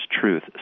truth